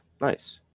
nice